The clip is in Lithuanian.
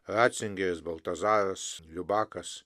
racingeris baltazaras bakas